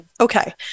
okay